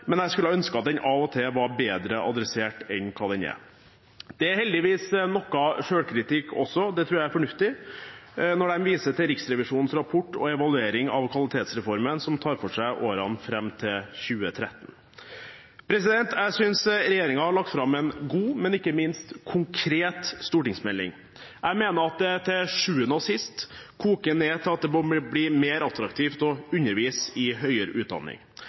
men jeg skulle ønsket at den av og til var bedre adressert enn hva den er. Det er heldigvis noe selvkritikk også – det tror jeg er fornuftig – når de viser til Riksrevisjonens rapport og evaluering av Kvalitetsreformen, som tar for seg årene fram til 2013. Jeg synes regjeringen har lagt fram en god, men ikke minst konkret stortingsmelding. Jeg mener at det til syvende og sist koker ned til at det må bli mer attraktivt å undervise i høyere utdanning.